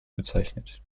bezeichnet